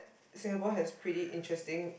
Singapore has pretty interesting